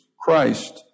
Christ